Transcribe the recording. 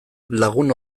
lagun